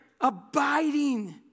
abiding